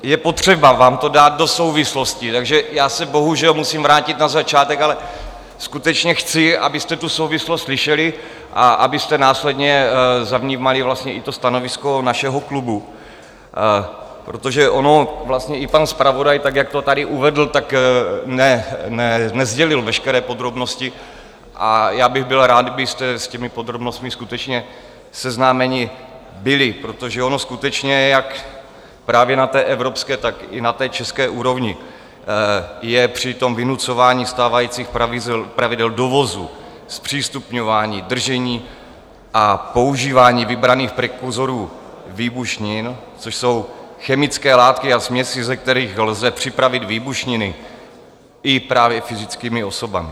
Je potřeba vám to dát do souvislostí, takže já se bohužel musím vrátit na začátek, ale skutečně chci, abyste tu souvislost slyšeli a abyste následně zavnímali vlastně i stanovisko našeho klubu, protože on vlastně i pan zpravodaj tak, jak to tady uvedl, nesdělil veškeré podrobnosti, a já bych byl rád, kdybyste s těmi podrobnosti skutečně seznámeni byli, protože ono skutečně jak na evropské, tak i na té české úrovni je při vynucování stávajících pravidel dovozu, zpřístupňování, držení a používání vybraných prekurzorů výbušnin, což jsou chemické látky a směsi, ze kterých lze připravit výbušniny i právě fyzickými osobami.